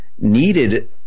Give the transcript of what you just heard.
needed